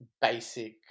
basic